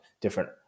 different